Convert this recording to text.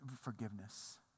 Forgiveness